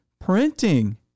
printing